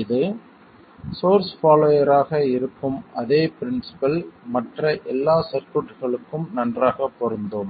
இது சோர்ஸ் பாலோயராக இருக்கும் அதே ப்ரின்சிபள் மற்ற எல்லா சர்க்யூட்களுக்கும் நன்றாக பொருந்தும்